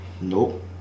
Nope